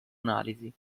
analisi